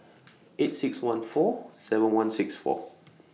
eight six one four seven one six four